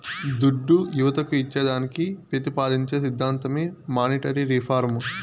దుడ్డు యువతకు ఇచ్చేదానికి పెతిపాదించే సిద్ధాంతమే మానీటరీ రిఫార్మ్